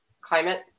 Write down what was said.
climate